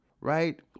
right